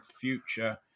Future